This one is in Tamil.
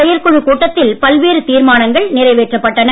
செயற்குழுக் கூட்டத்தில் பல்வேறு தீர்மானங்கள் நிறைவேற்றப்பட்டன